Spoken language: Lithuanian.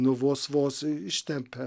nu vos vos ištempia